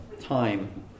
time